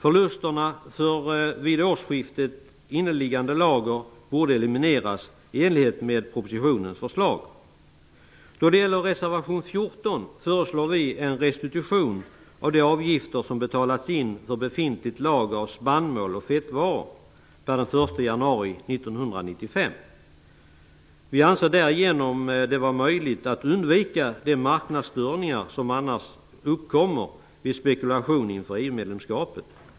Förlusterna för vid årsskiftet inneliggande lager borde elimineras i enlighet med propositionens förslag. Då det gäller reservation nr 14 föreslår vi en restitution av de avgifter som betalats in för befintligt lager av spannmål och fettvaror per den 1 januari 1995. Vi anser det vara möjligt att därigenom undvika de marknadsstörningar som annars uppkommer vid spekulation inför EU-medlemskapet.